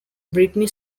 britney